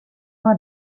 war